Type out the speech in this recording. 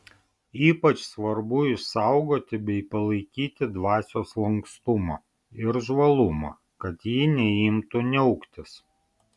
ypač svarbu išsaugoti bei palaikyti dvasios lankstumą ir žvalumą kad ji neimtų niauktis